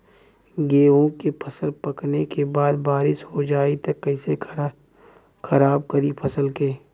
गेहूँ के फसल पकने के बाद बारिश हो जाई त कइसे खराब करी फसल के?